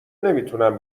نمیتونم